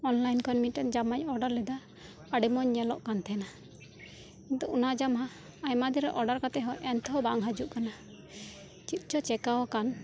online ᱠᱷᱚᱱ ᱢᱤᱫᱴᱟᱱ ᱡᱟᱢᱟᱧ ᱚᱰᱟᱨ ᱞᱮᱫᱟ ᱟᱹᱰᱤ ᱢᱚᱸᱡᱽ ᱧᱮᱞᱚᱜ ᱠᱟᱱ ᱛᱟᱦᱮᱸᱱᱟ ᱛᱚ ᱚᱱᱟ ᱡᱟᱢᱟ ᱟᱭᱢᱟ ᱫᱤᱱ ᱨᱮ ᱚᱰᱟᱨ ᱠᱟᱛᱮ ᱦᱚᱸ ᱮᱱᱛᱮ ᱨᱮᱦᱚᱸ ᱵᱟᱝ ᱦᱤᱡᱩᱜ ᱠᱟᱱᱟ ᱪᱮᱫ ᱪᱚ ᱪᱤᱠᱟᱹ ᱟᱠᱟᱱ